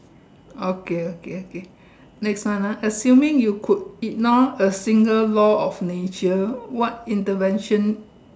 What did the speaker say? okay okay okay next one ah assuming you could ignore a single law of nature what intervention